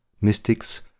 mystics